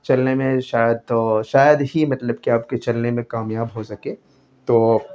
چلنے میں شاید شاید ہی مطلب کہ آپ کے چلنے میں کامیاب ہو سکے تو